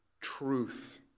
truth